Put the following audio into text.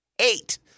Eight